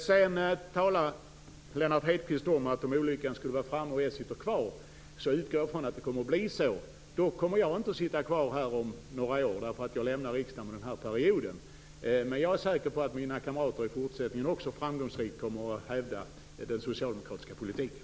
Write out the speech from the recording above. Sedan sade Lennart Hedquist någonting om att om olyckan skulle vara framme och jag sitter kvar, skulle jag bli tvungen att försvara det här förslaget. Men om några år kommer inte jag att sitta kvar här, eftersom jag lämnar riksdagen efter den här perioden. Men jag är säker på att mina kamrater också i fortsättningen framgångsrikt kommer att hävda den socialdemokratiska politiken.